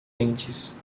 dentes